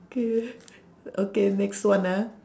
okay okay next one ah